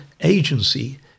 agency